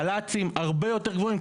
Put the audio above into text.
קל"צים הרבה יותר גבוהים,